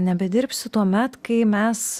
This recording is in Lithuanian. nebedirbsiu tuomet kai mes